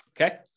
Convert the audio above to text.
Okay